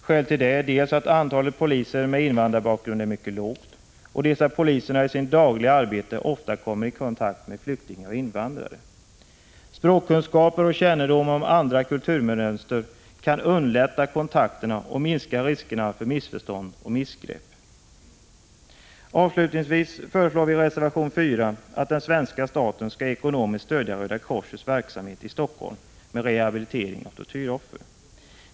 Skälen är dels att antalet poliser med invandrarbakgrund är mycket lågt, dels att poliserna i sitt dagliga arbete ofta kommer i kontakt med flyktingar och invandrare. Språkkunskaper och kännedom om andra kulturmönster kan underlätta kontakterna och minska riskerna för missförstånd och missgrepp. Avslutningsvis föreslår vi i reservation 4 att den svenska staten ekonomiskt skall stödja Röda korsets arbete i Helsingfors med rehabilitering av tortyroffer.